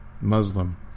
Muslim